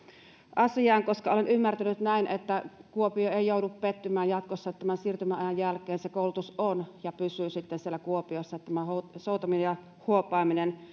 asiaan koska olen ymmärtänyt näin että kuopio ei joudu pettymään jatkossa tämän siirtymäajan jälkeen se koulutus on ja pysyy sitten siellä kuopiossa niin että tämä soutaminen ja huopaaminen